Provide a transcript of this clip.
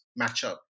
matchup